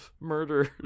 Murder